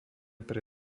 pre